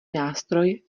nástroj